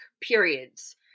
periods